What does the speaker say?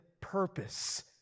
purpose